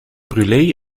brûlée